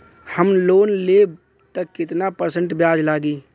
हम लोन लेब त कितना परसेंट ब्याज लागी?